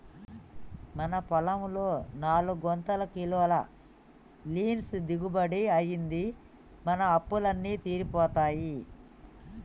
మన పొలంలో నాలుగొందల కిలోల లీన్స్ దిగుబడి అయ్యింది, మన అప్పులు అన్నీ తీరిపోతాయి